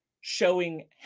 showing